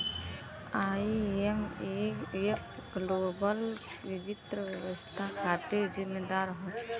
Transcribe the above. IMF global वित्तीय व्यवस्था खातिर जिम्मेदार हौ